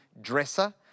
dresser